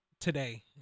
today